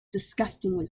disgustingly